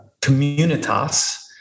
communitas